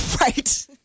Right